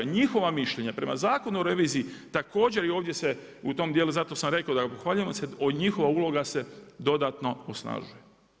Njihova mišljenja prema Zakonu o reviziji, također i ovdje se u tom djelu, zato sam rekao da pohvaljujem, njihova uloga se dodatno osnažuje.